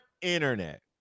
internet